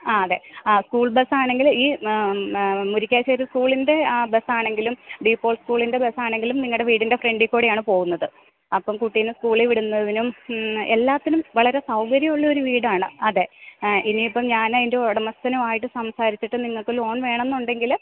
ആ അതെ സ്കൂൾ ബസാണെങ്കില് ഈ മുരിക്കാശ്ശേരി സ്കൂളിൻ്റെ ബസാണെങ്കിലും ഡീപോൾ സ്കൂളിൻ്റെ ബസാണെങ്കിലും നിങ്ങളുടെ വീടിൻ്റെ ഫ്രണ്ടില് കൂടിയാണു പോകുന്നത് അപ്പോള് കുട്ടീനെ സ്കൂളിൽ വിടുന്നതിനും എല്ലാത്തിനും വളരെ സൗകര്യമുള്ളൊരു വീടാണ് അതെ ഇനിയിപ്പോള് ഞാന് അതിൻ്റെ ഉടമസ്ഥനുമായിട്ട് സംസാരിച്ചിട്ട് നിങ്ങൾക്ക് ലോൺ വേണമെന്നുണ്ടെങ്കില്